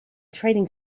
trading